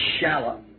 shallow